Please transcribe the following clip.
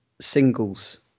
singles